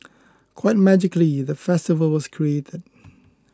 quite magically the festival was created